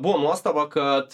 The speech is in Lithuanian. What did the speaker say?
buvo nuostaba kad